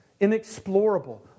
inexplorable